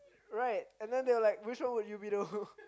right and then they're like which one would you be though